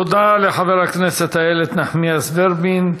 תודה לחברת הכנסת איילת נחמיאס ורבין.